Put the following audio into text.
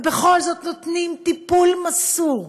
ובכל זאת נותנים טיפול מסור.